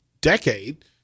decade